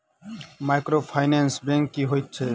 Microfinance bank की होइत अछि?